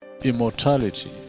immortality